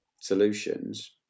solutions